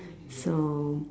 so